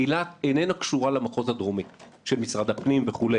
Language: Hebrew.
אילת איננה קשורה למחוז הדרומי של משרד הפנים וכו',